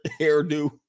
hairdo